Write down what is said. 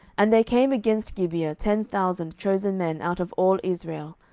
and there came against gibeah ten thousand chosen men out of all israel,